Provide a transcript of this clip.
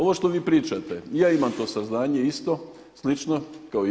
Ovo što vi pričate, ja imam to saznanje isto slično kao i vi.